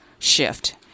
shift